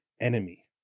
enemy